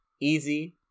easy